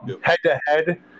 Head-to-head